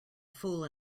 fool